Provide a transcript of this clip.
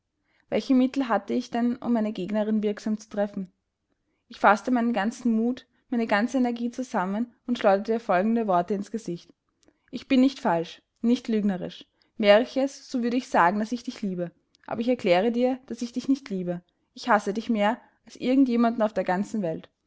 welche mittel hatte ich denn um meine gegnerin wirksam zu treffen ich faßte meinen ganzen mut meine ganze energie zusammen und schleuderte ihr folgende worte ins gesicht ich bin nicht falsch nicht lügnerisch wäre ich es so würde ich sagen daß ich dich liebe aber ich erkläre dir daß ich dich nicht liebe ich hasse dich mehr als irgend jemanden auf der ganzen welt